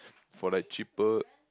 for like cheaper